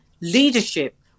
leadership